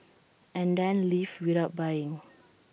and then leave without buying